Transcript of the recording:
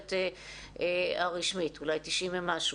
במערכת הרשמית, אולי 90 ומשהו.